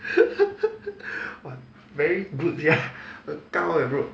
!wah! very good sia 很高 leh bro